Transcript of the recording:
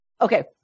Okay